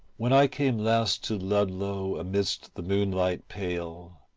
when i came last to ludlow amidst the moonlight pale,